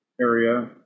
area